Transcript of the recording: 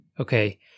Okay